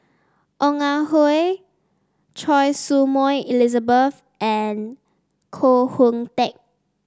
Ong Ah Hoi Choy Su Moi Elizabeth and Koh Hoon Teck